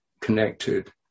connected